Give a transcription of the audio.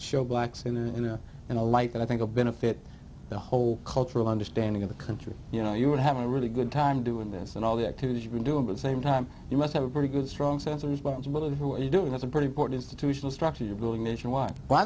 show blacks in a in a light that i think a benefit the whole cultural understanding of the country you know you would have a really good time doing this and all the activities you can do in the same time you must have a pretty good strong sense of responsibility for what you doing that's a pretty important institution a structure to build nationwide but i